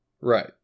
right